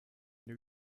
new